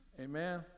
Amen